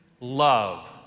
love